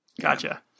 Gotcha